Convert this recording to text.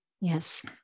Yes